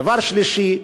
דבר שלישי,